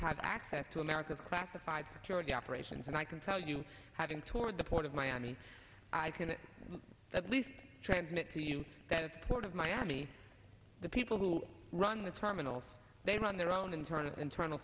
have access to america's classified jordi operations and i can tell you having toured the port of miami i can at least transmit to you that the port of miami the people who run the terminals they run their own internal internal